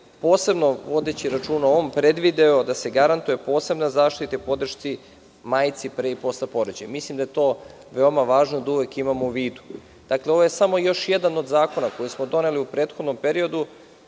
posebno vodeći računa o ovom predvideo da se garantuje posebna zaštita u podršci majci pre i posle porođaja. Mislim da je to veoma važno da uvek imamo u vidu. Dakle, ovo je samo još jedan od zakona koji smo doneli u prethodnom periodu,